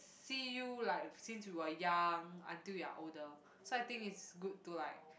see you like since you were young until you're older so I think is good to like